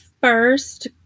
first